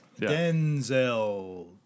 Denzel